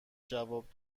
جواب